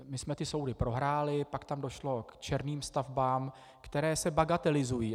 My jsme ty soudy prohráli, pak tam došlo k černým stavbám, které se bagatelizují.